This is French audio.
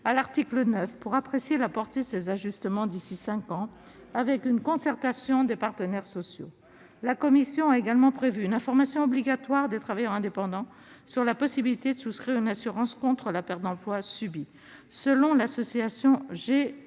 d'ici cinq ans d'apprécier la portée de ces ajustements, qui feront l'objet d'une concertation avec les partenaires sociaux. La commission a également prévu une information obligatoire des travailleurs indépendants sur la possibilité de souscrire une assurance contre la perte d'emploi subie. Selon l'association